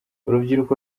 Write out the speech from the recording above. urubyiruko